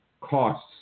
costs